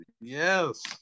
Yes